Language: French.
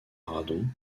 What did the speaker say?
radon